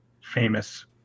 famous